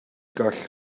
gall